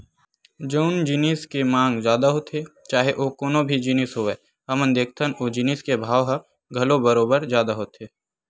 जउन जिनिस के मांग जादा होथे चाहे ओ कोनो भी जिनिस होवय हमन देखथन ओ जिनिस के भाव ह घलो बरोबर जादा होथे